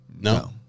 No